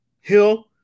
Hill